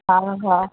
हा हा